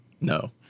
No